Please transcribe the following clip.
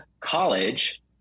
college